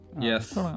Yes